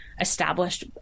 established